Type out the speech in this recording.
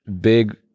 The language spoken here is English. big